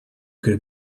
could